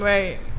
Right